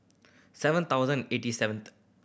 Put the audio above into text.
seven thousand eighty seventh